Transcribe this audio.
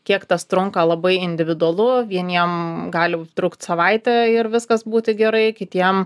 kiek tas trunka labai individualu vieniem gali užtrukt savaitę ir viskas būti gerai kitiem